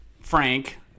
frank